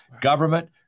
government